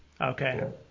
Okay